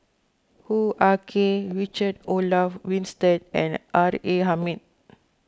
Hoo Ah Kay Richard Olaf Winstedt and R A Hamid